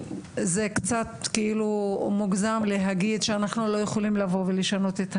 זה קצת כאילו מוגזם להגיד שאנחנו לא יכולים לבוא ולשנות את הסביבה.